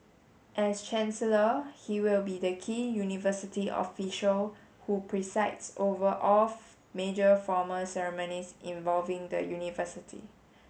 as chancellor he will be the key university official who presides over off major formal ceremonies involving the university